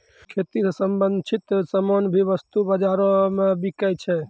खेती स संबंछित सामान भी वस्तु बाजारो म बिकै छै